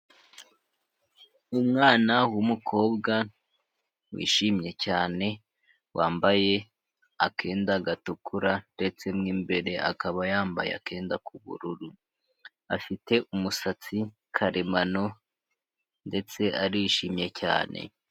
Umwana w'umukobwa wishimye cyane wambaye akenda gatukura ndetse mu imbere akaba yambaye akenda k'ubururu, afite umusatsi karemano ndetse arishimye cyane.